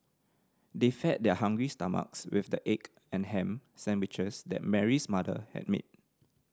they fed their hungry stomachs with the egg and ham sandwiches that Mary's mother had made